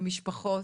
למשפחות,